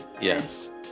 yes